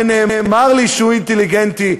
ונאמר לי שהוא אינטליגנטי.